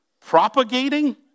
propagating